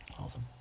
Awesome